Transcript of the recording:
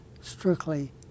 strictly